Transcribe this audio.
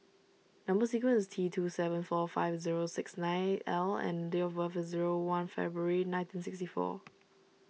Number Sequence is T two seven four five zero six nine L and date of birth is zero one February nineteen sixty four